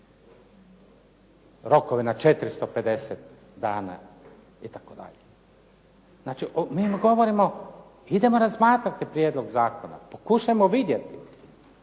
rokove na 450 dana itd. Znači, mi govorimo idemo razmatrati prijedlog zakona. Pokušajmo vidjeti